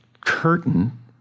curtain